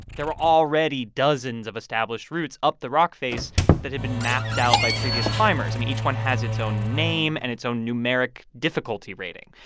there were already dozens of established routes up the rock face that had been mapped out by previous climbers. i mean, each one has its own name and its own numeric difficulty rating.